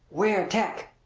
ware tec!